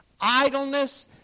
idleness